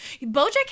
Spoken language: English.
bojack